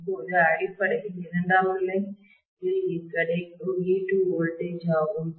இப்போது இது அடிப்படையில் இரண்டாம் நிலை இல் கிடைக்கும் e2 வோல்டேஜ் ஆகும்